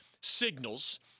signals